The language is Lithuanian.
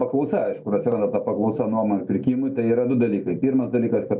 paklausa iš kur atsiranda ta paklausa nuomai ir pirkimui tai yra du dalykai pirmas dalykas kad